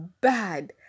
bad